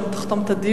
היא גם תחתום את הדיון,